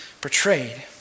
portrayed